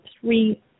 three